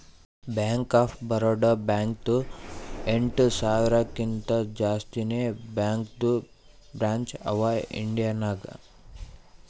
bank of Baroda ಬ್ಯಾಂಕ್ದು ಎಂಟ ಸಾವಿರಕಿಂತಾ ಜಾಸ್ತಿನೇ ಬ್ಯಾಂಕದು ಬ್ರ್ಯಾಂಚ್ ಅವಾ ಇಂಡಿಯಾ ನಾಗ್